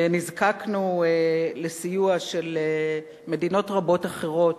ונזקקנו לסיוע של מדינות רבות אחרות,